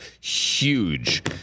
huge